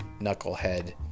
knucklehead